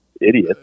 idiot